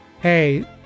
hey